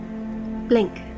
Blink